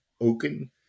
Oaken